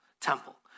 Temple